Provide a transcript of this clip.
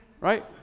right